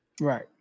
Right